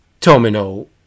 Tomino